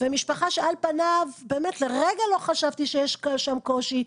משפחה שעל פניו באמת לרגע לא חשבתי שיש שם קושי.